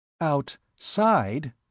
Outside